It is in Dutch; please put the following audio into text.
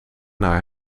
naar